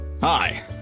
Hi